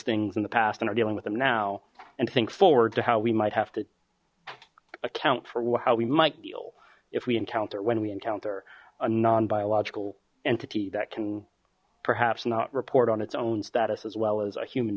things in the past and are dealing with them now and think forward to how we might have to account for how we might deal if we encounter when we encounter a non biological entity that can perhaps not report on its own status as well as a human